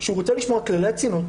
שהוא רוצה לשמור על כללי הצניעות,